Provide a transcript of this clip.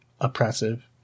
oppressive